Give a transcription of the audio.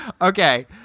Okay